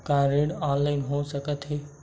का ऋण ऑनलाइन हो सकत हे?